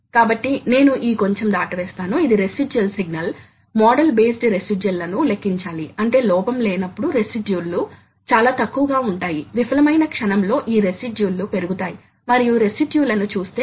కాబట్టి ఇది load torque మరియు ఇది ఎక్కువ లేదా తక్కువ స్థిరంగా ఉంటుందని మనము చూస్తాము